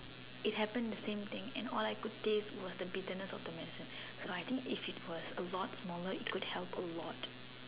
it happened the same thing and all I could taste was the bitterness of the medicine so I think if it was a lot smaller it could help a lot